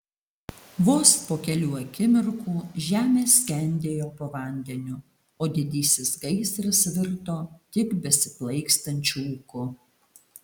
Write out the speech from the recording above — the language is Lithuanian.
vos po kelių akimirkų žemė skendėjo po vandeniu o didysis gaisras virto tik besiplaikstančiu ūku